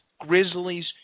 Grizzlies